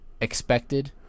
expected